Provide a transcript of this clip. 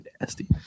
nasty